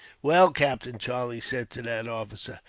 well, captain, charlie said to that officer,